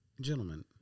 gentlemen